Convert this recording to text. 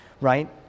right